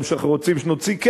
אבל רוצים שנוציא כסף,